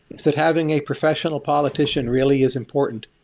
that having a professional politician really is important.